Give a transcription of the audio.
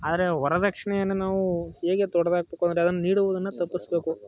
ಆದರೆ ವರದಕ್ಷಿಣೆಯನ್ನು ನಾವು ಹೇಗೆ ತೊಡೆದ್ಹಾಕ್ಬೇಕು ಅಂದರೆ ಅದನ್ನು ನೀಡುವುದನ್ನು ತಪ್ಪಿಸಬೇಕು